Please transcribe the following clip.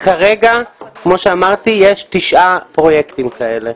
כרגע, כמו שאמרתי, יש תשעה פרויקטים כאלה.